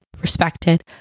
respected